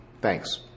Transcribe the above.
Thanks